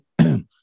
okay